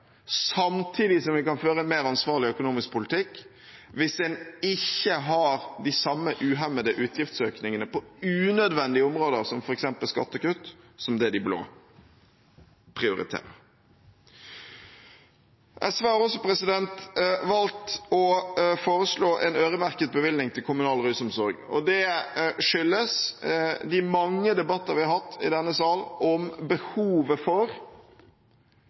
samtidig som vi kan føre en mer ansvarlig økonomisk politikk hvis en ikke har de samme uhemmede utgiftsøkningene på unødvendige områder som f.eks. skattekutt, som det de blå prioriterer. SV har også valgt å foreslå en øremerket bevilgning til kommunal rusomsorg. Det skyldes de mange debatter vi har hatt i denne sal om behovet for